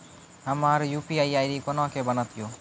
हमर UPI ID कोना के बनत यो?